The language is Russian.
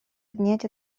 принять